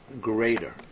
greater